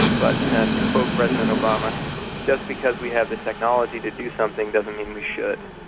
but to quote president obama just because we have the technology to do something, doesn't mean we should.